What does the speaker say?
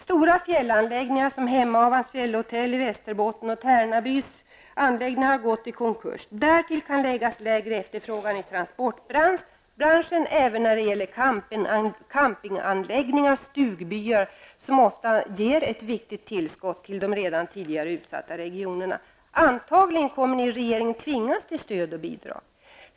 Stora fjällanläggningar som Hemavans fjällhotell i Västerbotten och Tärnabys anläggning har gått i konkurs. Därtill kan läggas lägre efterfrågan i transportbranschen även när det gäller campinganläggningar och stugbyar, som ofta ger ett viktigt tillskott till de redan tidigare utsatta regionerna. Antagligen kommer ni i regeringen att tvingas till stöd och bidrag.